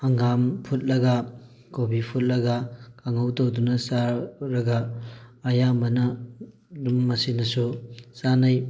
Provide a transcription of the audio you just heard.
ꯍꯪꯒꯥꯝ ꯐꯨꯠꯂꯒ ꯀꯣꯕꯤ ꯐꯨꯠꯂꯒ ꯀꯥꯡꯍꯧ ꯇꯧꯗꯨꯅ ꯆꯥꯔꯒ ꯑꯌꯥꯝꯕꯅ ꯑꯗꯨꯝ ꯃꯁꯤꯅꯁꯨ ꯆꯥꯟꯅꯩ